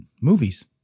movies